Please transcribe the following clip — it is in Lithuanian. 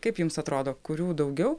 kaip jums atrodo kurių daugiau